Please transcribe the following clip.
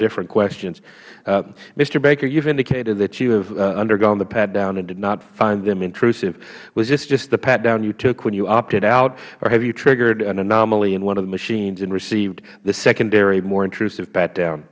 different questions mister baker you have indicated that you have undergone the pat down and did not find them intrusive was this just the pat down you took when you opted down or have you triggered an anomaly in one of the machines and received the secondary more intrusive pat down